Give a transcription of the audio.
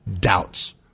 doubts